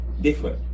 different